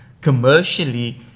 commercially